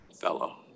fellow